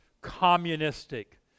communistic